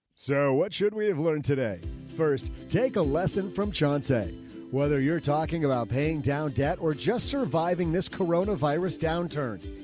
so what should we have learned today? first, take a lesson from chauncey, whether you're talking about paying down debt or just surviving this corona virus downturn.